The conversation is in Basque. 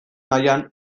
nahian